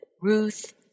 Ruth